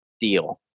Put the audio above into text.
deal